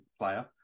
player